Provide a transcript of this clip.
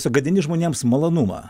sugadini žmonėms malonumą